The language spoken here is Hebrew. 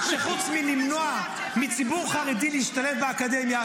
שחוץ מלמנוע מציבור חרדי להשתלב באקדמיה,